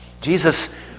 Jesus